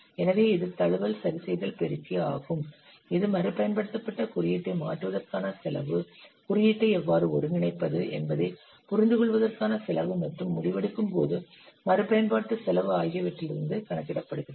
எனவே இது தழுவல் சரிசெய்தல் பெருக்கி ஆகும் இது மறுபயன்படுத்தப்பட்ட குறியீட்டை மாற்றுவதற்கான செலவு குறியீட்டை எவ்வாறு ஒருங்கிணைப்பது என்பதைப் புரிந்துகொள்வதற்கான செலவு மற்றும் முடிவெடுக்கும் போது மறுபயன்பாட்டு செலவு ஆகியவற்றிலிருந்து கணக்கிடப்படுகிறது